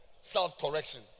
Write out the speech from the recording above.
Self-correction